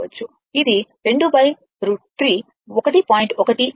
ఇది 2 √3 1